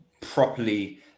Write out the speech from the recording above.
properly